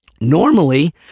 normally